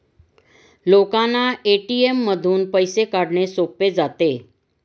लोकांना ए.टी.एम मधून पैसे काढणे सोपे जाते